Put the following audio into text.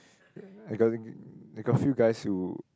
I got I got few guys who